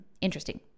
interesting